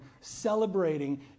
celebrating